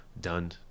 Done